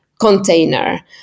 container